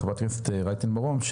חברת הכנסת רייטן מרום,